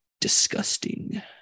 disgusting